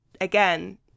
again